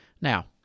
now